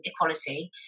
equality